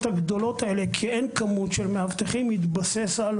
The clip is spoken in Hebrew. הגדולות האלה - כי אין מספר גדול של מאבטחים מתבסס על